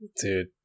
Dude